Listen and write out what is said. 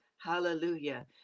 hallelujah